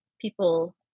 people